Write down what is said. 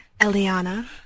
Eliana